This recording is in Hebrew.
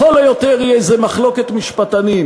לכל היותר היא איזה מחלוקת משפטנים,